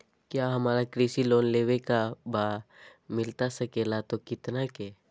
क्या हमारा कृषि लोन लेवे का बा मिलता सके ला तो कितना के?